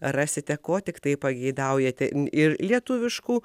rasite ko tiktai pageidaujate ir lietuviškų